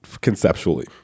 conceptually